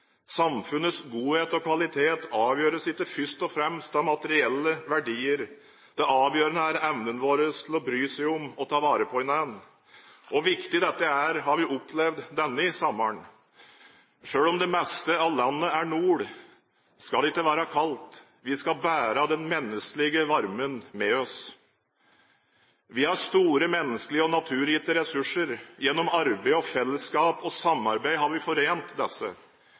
Samfunnets godhet og kvalitet avgjøres ikke først og fremst av materielle verdier. Det avgjørende er vår evne til å bry seg om og ta vare på hverandre. Hvor viktig dette er, har vi opplevd denne sommeren. Selv om det meste av landet er nord, skal det ikke være kaldt. Vi skal bære den menneskelige varmen med oss. Vi har store menneskelige og naturgitte ressurser. Gjennom arbeid, fellesskap og samarbeid har vi forent disse.